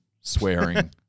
swearing